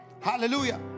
hallelujah